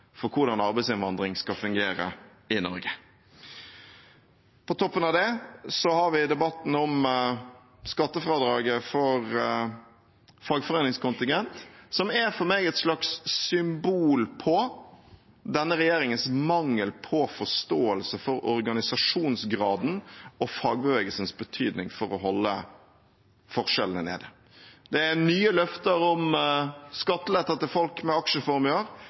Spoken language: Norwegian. for hvordan arbeidsinnvandring skal fungere i Norge. På toppen av det har vi debatten om skattefradraget for fagforeningskontingent, som for meg er et slags symbol på denne regjeringens mangel på forståelse for organisasjonsgraden og fagbevegelsens betydning for å holde forskjellene nede. Det er nye løfter om skattelette til folk med aksjeformuer.